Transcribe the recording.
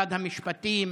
משרד המשפטים,